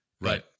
Right